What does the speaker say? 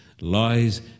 Lies